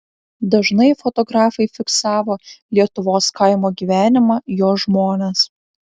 dažnai fotografai fiksavo lietuvos kaimo gyvenimą jo žmones